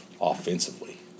offensively